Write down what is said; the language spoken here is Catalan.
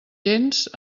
gens